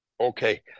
Okay